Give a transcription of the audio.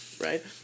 right